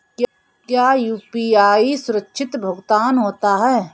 क्या यू.पी.आई सुरक्षित भुगतान होता है?